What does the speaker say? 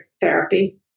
therapy